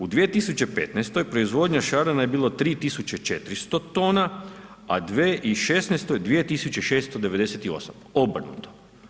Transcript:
U 2015. proizvodnja šarana je bila 3.400 tona, a 2016. 2.698, obrnuto.